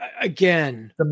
again